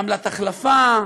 עמלת החלפה,